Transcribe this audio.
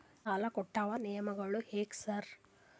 ಸಾಲ ಕಟ್ಟುವ ನಿಯಮಗಳು ಹ್ಯಾಂಗ್ ಸಾರ್?